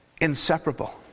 Inseparable